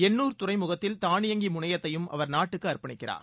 எண்ணூர் துறைமுகத்தில் தானியங்கி முனையத்தையும் அவர் நாட்டுக்கு அர்ப்பணிக்கிறார்